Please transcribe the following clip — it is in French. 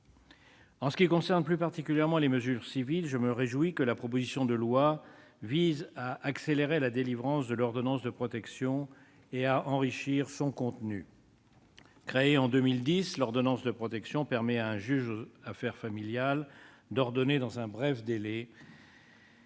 En ce qui concerne plus particulièrement les mesures civiles, je me réjouis que le texte tende à accélérer la délivrance de l'ordonnance de protection et à enrichir son contenu. Créée en 2010, l'ordonnance de protection permet à un juge aux affaires familiales d'ordonner, dans un bref délai,